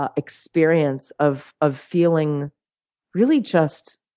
ah experience of of feeling really just